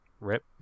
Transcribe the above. Rip